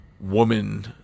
woman